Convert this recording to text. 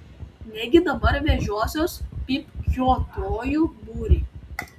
negi dabar vežiosiuos pypkiuotojų būrį